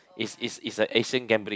it's it's it's a acing gambling